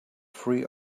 free